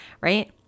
right